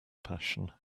passion